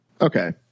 Okay